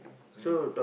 so